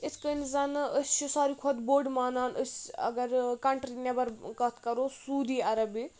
یِتھۍ کٔنۍ زَنہٕ أسۍ چھِ ساروی کھۄتہٕ بوٚڑ مانان أسۍ اگر کَنٹری نؠبَر کَتھ کَرو سوٗدی عربی